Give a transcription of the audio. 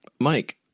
Mike